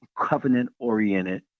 covenant-oriented